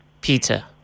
Peter